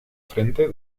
frente